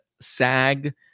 SAG